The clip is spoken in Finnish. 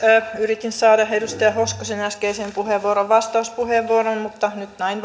yritin saada edustaja hoskosen äskeiseen puheenvuoroon vastauspuheenvuoron mutta nyt näin